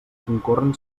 concorren